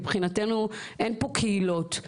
מבחינתנו אין פה קהילות,